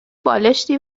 بالشتی